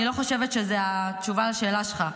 אני לא חושבת שזו התשובה על השאלה שלך.